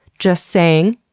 just sayin'.